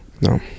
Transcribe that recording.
No